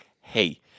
hey